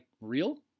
real